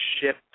ship